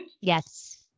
Yes